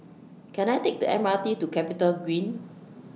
Can I Take The M R T to Capitagreen